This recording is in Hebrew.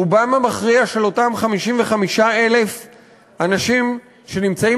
רובם המכריע של אותם 55,000 אנשים שנמצאים